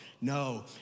no